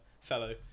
fellow